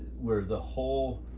where the whole